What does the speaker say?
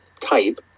type